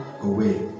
away